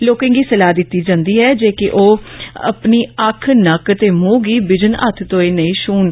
लोकें गी सलाह दिती गेई ऐ जे कि ओ अपनी अक्ख नक्क ते मुह गी बिजन हत्थ धोय नेई छून